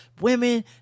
women